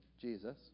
Jesus